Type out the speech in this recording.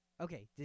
Okay